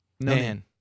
Man